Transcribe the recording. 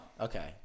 okay